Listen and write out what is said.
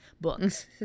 books